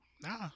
Nah